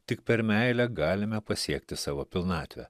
tik per meilę galime pasiekti savo pilnatvę